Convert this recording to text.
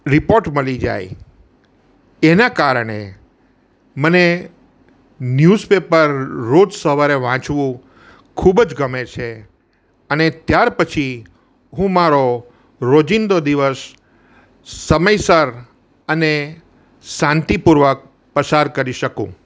report મળી જાય એના કારણે મને ન્યૂઝપેપર રોજ સવારે વાંચવું ખૂબ જ ગમે છે અને ત્યાર પછી હું મારો રોજિંદો દિવસ સમયસર અને શાંતિપૂર્વક પસાર કરી શકું